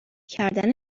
کردن